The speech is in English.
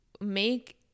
make